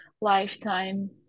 lifetime